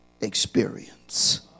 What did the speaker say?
experience